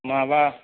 माबा